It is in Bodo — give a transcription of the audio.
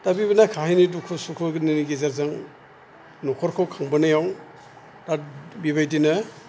दा बिबायदि खाहानि दुखु सुखुनि गेजेरजों न'खरखौ खांबोनायाव दा बिबायदिनो